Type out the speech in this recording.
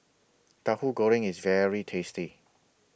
Tahu Goreng IS very tasty